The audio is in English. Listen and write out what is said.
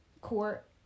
court